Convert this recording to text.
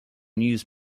news